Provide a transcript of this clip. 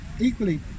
Equally